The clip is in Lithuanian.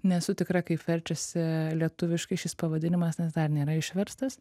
nesu tikra kaip verčiasi lietuviškai šis pavadinimas nes dar nėra išverstas